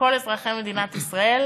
לכל אזרחי מדינת ישראל